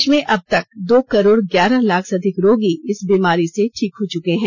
देश में अब तक दो करोड ग्यारह लाख से अधिक रोगी इस बीमारी से ठीक हो चुके हैं